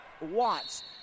Watts